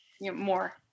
more